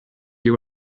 you